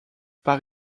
par